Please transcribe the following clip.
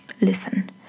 listen